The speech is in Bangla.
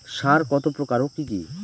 সার কত প্রকার ও কি কি?